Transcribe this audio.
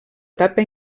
tapa